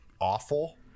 awful